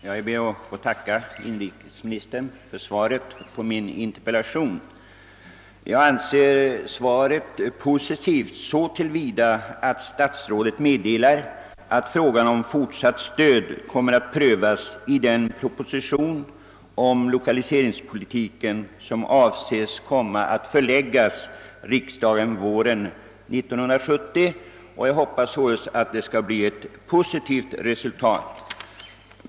Herr talman! Jag ber att få tacka inrikesministern för svaret på min inter pellation. Jag anser svaret vara positivt så till vida att statsrådet meddelar att frågan om fortsatt stöd kommer att prövas i den proposition om lokaliseringspolitiken, som avses komma att föreläggas riksdagen våren 1970. Jag hoppas att resultatet skall bli positivt.